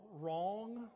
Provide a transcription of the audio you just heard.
wrong